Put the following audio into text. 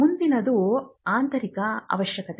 ಮುಂದಿನದು ಆಂತರಿಕ ಅವಶ್ಯಕತೆ